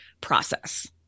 process